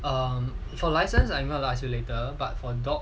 um for license I am going to ask you later but for dog